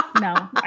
no